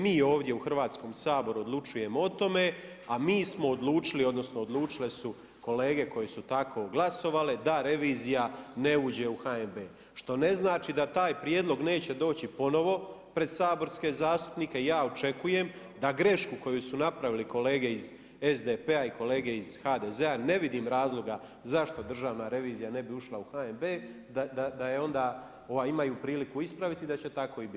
Mi ovdje u Hrvatskom saboru odlučuje o tome, a mi smo odlučili odnosno odlučile su kolege koje su tako glasovale da revizija ne uđe u HNB što ne znači da taj prijedlog neće doći ponovo pred saborske zastupnike, ja očekujem da grešku koju su napravili kolege iz SDP-a i kolege iz HDZ-a, ne vidim razloga zašto Državna revizija ne bi ušla u HNB, da je onda imaju priliku ispraviti, da će tako i biti, evo.